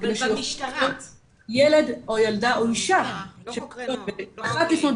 כדי --- ילד או ילדה או אישה -- -ב-1:00 לפנות